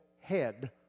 head